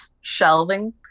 shelving